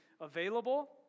available